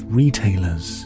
retailers